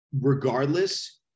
Regardless